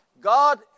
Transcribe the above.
God